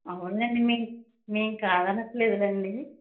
అవునండి మేం మేము కాదనట్లేదులెండి